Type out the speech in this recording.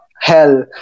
hell